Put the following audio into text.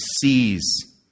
sees